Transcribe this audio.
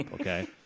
Okay